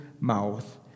mouth